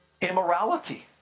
immorality